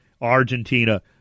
Argentina